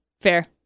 Fair